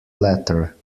latter